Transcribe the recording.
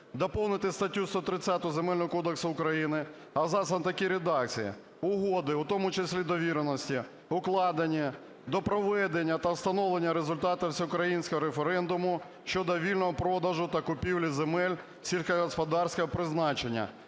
Доповнити статтю 130 Земельного кодексу України абзацом в такій редакції: "Угоди (у тому числі довіреності), укладені до проведення та встановлення результатів всеукраїнського референдуму щодо вільного продажу та купівлі земель сільськогосподарського призначення